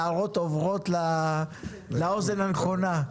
הערות עוברות לאוזן הנכונה.